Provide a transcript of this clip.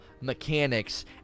mechanics